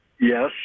Yes